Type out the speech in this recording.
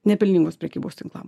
nepelningos prekybos tinklam